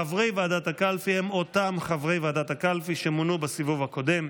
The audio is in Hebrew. חברי ועדת הקלפי הם אותם חברי ועדת הקלפי שמונו בסיבוב הקודם: